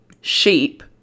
sheep